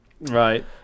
Right